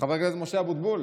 חבר הכנסת משה אבוטבול,